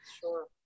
Sure